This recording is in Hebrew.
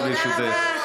תודה רבה,